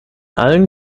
allen